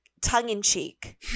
tongue-in-cheek